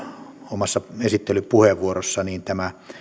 omassa esittelypuheenvuorossa tämä